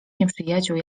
nieprzyjaciół